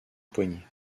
poignée